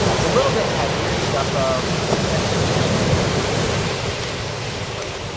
ah it's a little bit heavier. you got the extra camera which honestly, i probably won't use much,